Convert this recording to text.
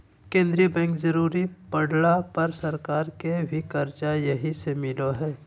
केंद्रीय बैंक जरुरी पड़ला पर सरकार के भी कर्जा यहीं से मिलो हइ